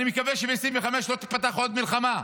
אני מקווה שב-2025 לא תיפתח עוד מלחמה,